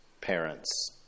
parents